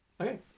Okay